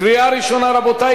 קריאה ראשונה, רבותי.